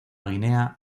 guinea